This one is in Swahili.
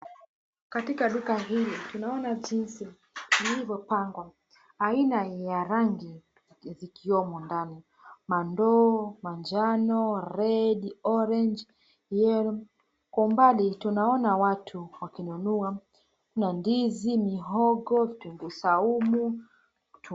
Katika duka hili tunaona jinsi ilivyopangwa yaina ya rangi zikiwemo ndani. Mandoo manjano, red , orange , yellow . Kwa umbali tunaona watu wakinunua na ndizi, mihogo, kitunguu saumu.